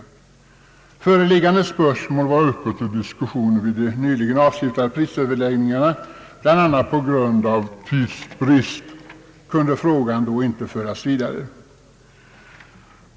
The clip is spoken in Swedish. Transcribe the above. Föreliggande spörsmål var uppe till diskussion vid de nyligen avslutade prisöverläggningarna. Bland annat på grund av tidsbrist kunde frågan då inte föras vidare.